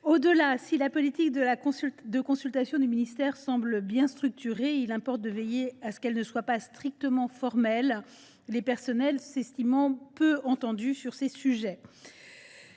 Au delà, si la politique de consultation du ministère semble bien structurée, il importe de veiller à ce qu’elle ne soit pas strictement formelle, les personnels s’estimant peu entendus sur ces sujets.